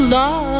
Love